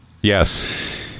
Yes